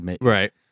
Right